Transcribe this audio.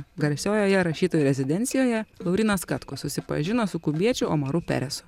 garsiojoje rašytojų rezidencijoje laurynas katkus susipažino su kubiečiu omaru peresu